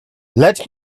let